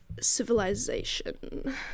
Civilization